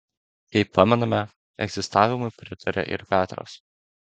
kaip pamename egzistavimui pritarė ir petras